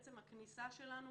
שבעצם הכניסה שלנו,